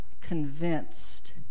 convinced